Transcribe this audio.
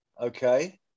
okay